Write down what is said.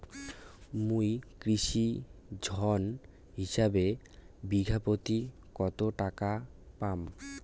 মুই কৃষি ঋণ হিসাবে বিঘা প্রতি কতো টাকা পাম?